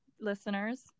listeners